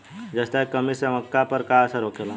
जस्ता के कमी से मक्का पर का असर होखेला?